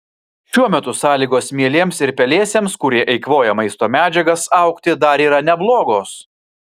šiuo metu sąlygos mielėms ir pelėsiams kurie eikvoja maisto medžiagas augti dar yra neblogos